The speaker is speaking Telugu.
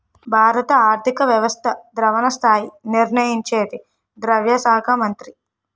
భారత ఆర్థిక వ్యవస్థ ద్రవణ స్థాయి నిర్ణయించేది ద్రవ్య శాఖ మంత్రి